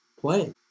play